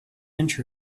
inch